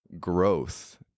growth